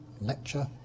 lecture